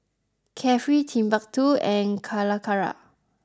carefree Timbuk Two and Calacara